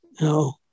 No